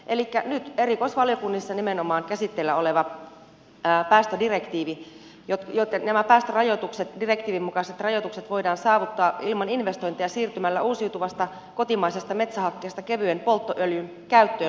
elikkä nyt erikoisvaliokunnissa nimenomaan käsitteillä oleva päästödirektiivi nämä päästörajoitukset direktiivin mukaiset rajoitukset voidaan saavuttaa ilman investointeja siirtymällä uusiutuvasta kotimaisesta metsähakkeesta kevyen polttoöljyn käyttöön